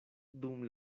dum